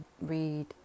read